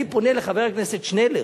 אני פונה לחבר הכנסת שנלר,